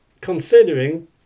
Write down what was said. considering